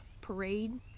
parade